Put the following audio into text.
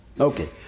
Okay